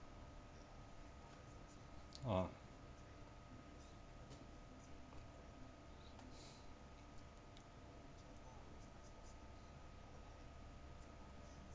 ah